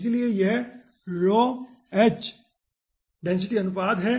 इसलिए यह ⍴hडेंसिटी अनुपात है